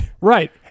Right